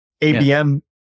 ABM